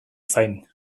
zain